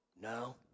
No